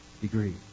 degree